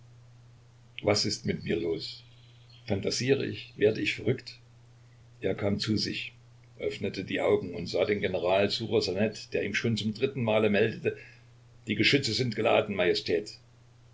was ist mit mir los phantasiere ich werde ich verrückt er kam zu sich öffnete die augen und sah den general ssuchosanet der ihm schon zum dritten male meldete die geschütze sind